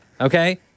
Okay